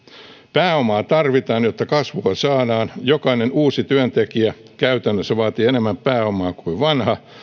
pääomaa tarvitaan jotta kasvua saadaan jokainen uusi työntekijä käytännössä vaatii enemmän pääomaa kuin vanha